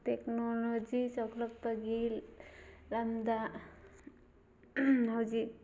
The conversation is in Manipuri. ꯇꯦꯛꯅꯣꯂꯣꯖꯤ ꯆꯥꯎꯈꯠꯂꯛꯄꯒꯤ ꯂꯝꯗ ꯍꯧꯖꯤꯛ